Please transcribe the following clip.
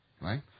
Right